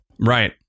right